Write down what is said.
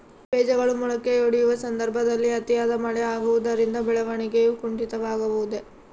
ಬೇಜಗಳು ಮೊಳಕೆಯೊಡೆಯುವ ಸಂದರ್ಭದಲ್ಲಿ ಅತಿಯಾದ ಮಳೆ ಆಗುವುದರಿಂದ ಬೆಳವಣಿಗೆಯು ಕುಂಠಿತವಾಗುವುದೆ?